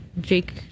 Jake